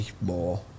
more